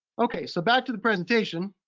okay, so back to the presentation.